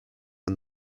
and